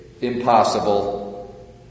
impossible